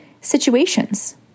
situations